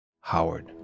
Howard